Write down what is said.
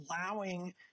allowing